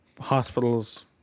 Hospitals